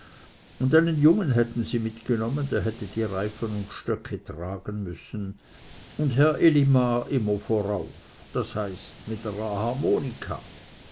und einen jungen hätten sie mitgenommen der hätte die reifen und stöcke tragen müssen und herr elimar immer vorauf das heißt mit ner harmonika